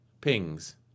pings